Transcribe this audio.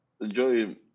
enjoy